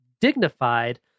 dignified